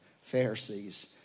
Pharisees